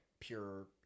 pure